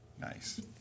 Nice